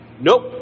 nope